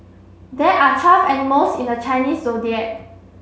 there are twelve animals in the Chinese Zodiac